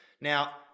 Now